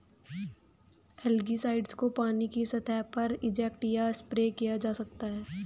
algicides को पानी की सतह पर इंजेक्ट या स्प्रे किया जा सकता है